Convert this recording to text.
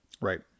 Right